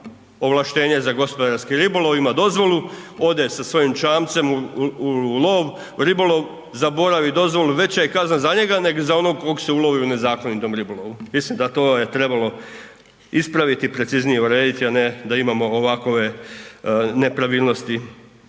ovlaštenje za gospodarski ribolov, ima dozvolu, ode sa svojim čamcem u lov, ribolov, zaboravi dozvolu, veća je kazna za njega nego za onog kog se ulovi u nezakonitom ribolovu. Mislim da to je trebalo ispraviti i preciznije urediti, a ne da imamo ovakove nepravilnosti